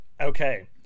Okay